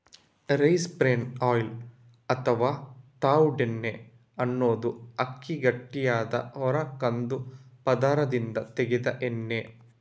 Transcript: rice bran oil ಅಥವಾ ತವುಡೆಣ್ಣೆ ಅನ್ನುದು ಅಕ್ಕಿಯ ಗಟ್ಟಿಯಾದ ಹೊರ ಕಂದು ಪದರದಿಂದ ತೆಗೆದ ಎಣ್ಣೆ